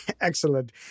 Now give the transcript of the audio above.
Excellent